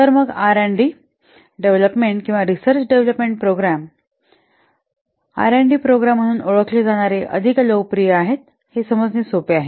तर मग R and D development किंवा रिसर्च व डेव्हलपमेंट प्रोग्राम आर आणि डी प्रोग्राम म्हणून ओळखले जाणारे अधिक लोकप्रिय आहेत हे समजणे सोपे आहे